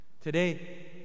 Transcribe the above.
Today